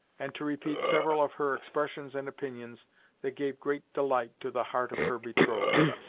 and to repeat several of her expressions and opinions that gave great delight to the heart of her betrothed.